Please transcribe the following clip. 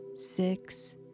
six